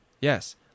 Yes